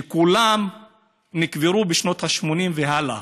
שכולם נקברו בשנות ה-80 והלאה.